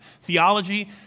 theology